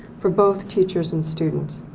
for both teachers and students.